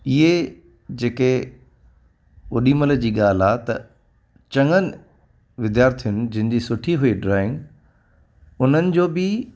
इहे जेके ओॾीमहिल जी ॻाल्हि आहे त चङनि विद्यार्थियुनि जिन जी सुठी हुई ड्रॉईंग उन्हनि जो बि